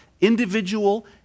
individual